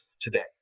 today